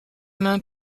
main